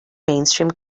mainstream